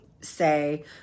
say